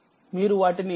మీరు వాటిని చదవండి